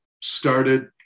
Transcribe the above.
started